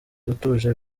utuje